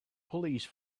police